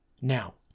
Now